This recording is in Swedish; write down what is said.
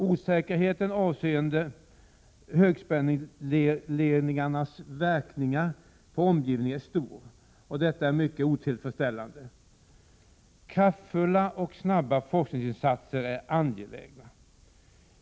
Osäkerheten avseende högspänningsledningarnas verkningar på omgivningen är stor, och detta är mycket otillfredsställande. Kraftfulla och snabba forskningsinsatser är angelägna.